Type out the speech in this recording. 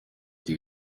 cye